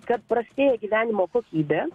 kad prastėja gyvenimo kokybė